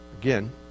again